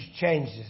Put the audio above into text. changes